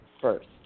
first